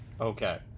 Okay